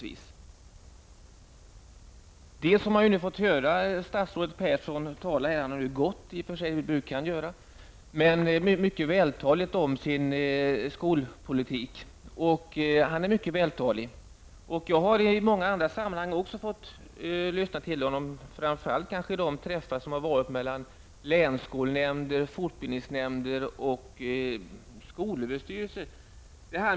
Vi har här hört statsrådet Göran Persson -- han har nu lämnat kammaren, precis som han brukar göra -- mycket vältaligt beröra sin skolpolitik. Göran Persson är verkligen mycket vältalig. Jag har också i många andra sammanhang haft tillfälle att lyssna på honom, framför allt vid de träffar som har varit med representanter för länsskolnämnder, fortbildningsnämnder och skolöverstyrelsen.